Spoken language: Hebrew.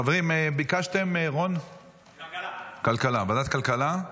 חברים, ביקשתם ועדת כלכלה.